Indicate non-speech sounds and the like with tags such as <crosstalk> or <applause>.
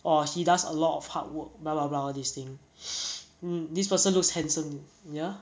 !wah! he does a lot of hard work blah blah blah all these thing <breath> um this person looks handsome ya